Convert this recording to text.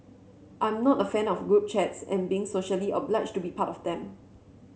I'm not a fan of group chats and being socially obliged to be part of them